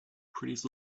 prettiest